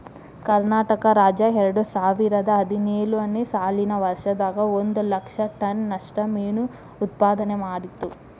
ಕರ್ನಾಟಕ ರಾಜ್ಯ ಎರಡುಸಾವಿರದ ಹದಿನೇಳು ನೇ ಸಾಲಿನ ವರ್ಷದಾಗ ಒಂದ್ ಲಕ್ಷ ಟನ್ ನಷ್ಟ ಮೇನು ಉತ್ಪಾದನೆ ಮಾಡಿತ್ತು